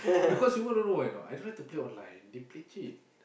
because you want to know why or not I don't like to play online they play cheat